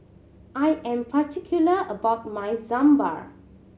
I am particular about my Sambar